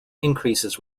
increases